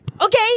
Okay